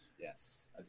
yes